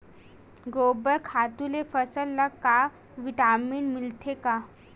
गोबर खातु ले फसल ल का विटामिन मिलथे का?